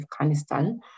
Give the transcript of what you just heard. Afghanistan